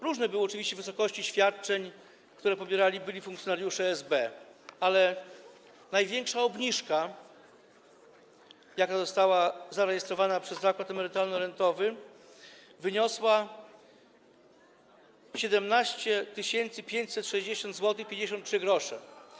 Różne były oczywiście wysokości świadczeń, które pobierali byli funkcjonariusze SB, ale największa obniżka, jaka została zarejestrowana przez zakład emerytalno-rentowy, wyniosła 17 560,53 zł.